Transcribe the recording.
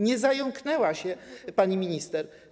Nie zająknęła się pani minister.